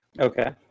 Okay